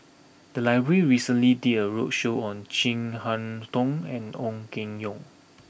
the library recently did a roadshow on Chin Harn Tong and Ong Keng Yong